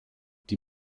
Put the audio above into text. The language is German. die